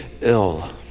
ill